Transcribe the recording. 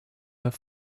have